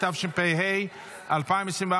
התשפ"ה 2024,